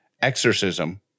exorcism